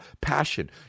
passion